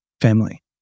family